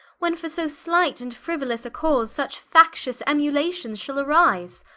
when for so slight and friuolous a cause, such factious aemulations shall arise?